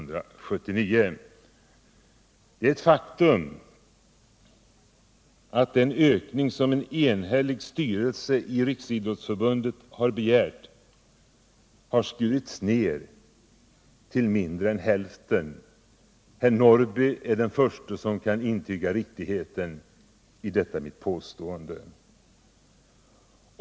Det är ett faktum att den ökning som en enhällig styrelse i Riksidrottsförbundet begärt har skurits ner till mindre än hälften. Herr Norrby är den som kan intyga riktigheten i detta mitt påstående.